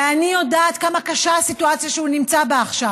ואני יודעת כמה קשה הסיטואציה שהוא נמצא בה עכשיו.